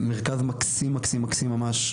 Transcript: מרכז מקסים ממש.